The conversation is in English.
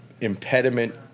impediment